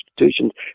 institutions